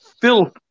filth